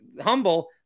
humble